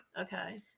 okay